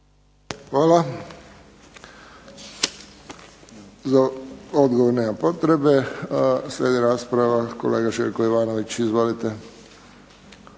Hvala. Za odgovor nema potrebe. Slijedi rasprava, kolega Željko Jovanović. Izvolite.